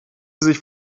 sich